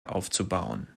aufzubauen